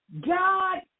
God